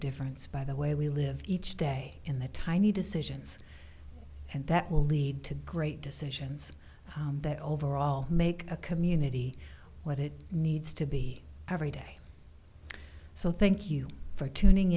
difference by the way we live each day in the tiny decisions that will lead to great decisions that overall make a community what it needs to be every day so thank you for tuning